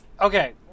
Okay